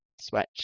Switch